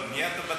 אבל בניית הבתים,